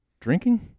Drinking